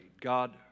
God